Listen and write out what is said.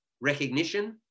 recognition